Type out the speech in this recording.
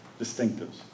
distinctives